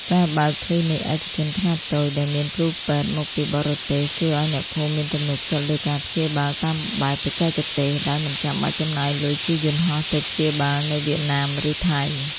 ការបើក "គ្លីនិកឯកជនខ្នាតតូច" ដែលមានគ្រូពេទ្យមកពីបរទេស ជួយឱ្យអ្នកភូមិមានទំនុកចិត្តលើការព្យាបាលតាមបែបបច្ចេកទេស ដោយមិនចាំបាច់ចំណាយលុយជិះយន្តហោះទៅព្យាបាលនៅវៀតណាម ឬថៃ។